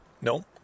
no